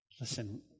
listen